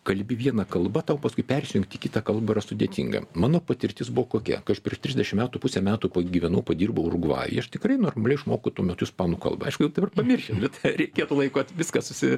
kalbi viena kalba tau paskui persijungt į kitą kalbą yra sudėtinga mano patirtis buvo kokia kai aš prieš trisdešimt metų pusę metų pagyvenau padirbau urugvajuje aš tikrai normaliai išmokau tuo metu ispanų kalbą aišku jau dabar pamiršęs bet ar reikia ir laiko at viskas susi